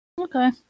Okay